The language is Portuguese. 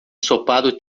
ensopado